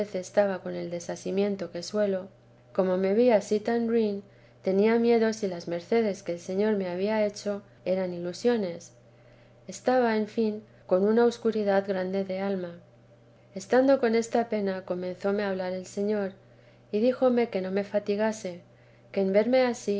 estaba con el desasimiento que suelo como me vi ansí tan ruin tenía miedo si las mercedes que el señor me había hecho eran ilusiones estaba en fin con una curiosidad grande de alma estando con esta pena comenzóme a hablar el señor y díjome que no me fati vida dk la santa madee gase que en verme ansí